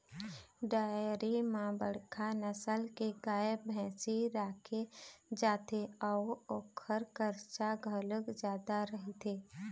dairy म बड़का नसल के गाय, भइसी राखे जाथे अउ ओखर खरचा घलोक जादा रहिथे